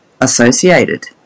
associated